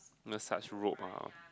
massage robe ah